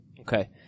Okay